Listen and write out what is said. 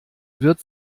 wird